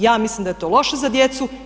Ja mislim da je to loše za djecu.